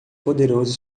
poderoso